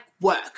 work